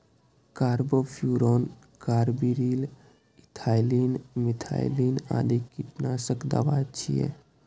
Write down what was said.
carbofuran, carbaryl, ethylene, methylene आदि कीटनाशक दवा छियै